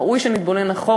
ראוי שנתבונן אחורה,